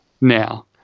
now